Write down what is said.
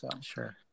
Sure